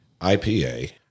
IPA